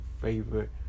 favorite